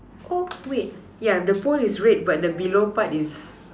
oh wait yeah the pole is red but the below part is